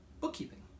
bookkeeping